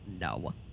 No